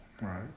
Right